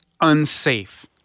unsafe